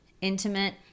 intimate